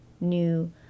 new